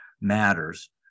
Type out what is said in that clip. matters